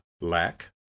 lack